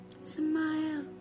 smile